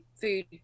food